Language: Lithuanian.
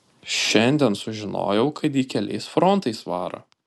šiandien sužinojau kad ji keliais frontais varo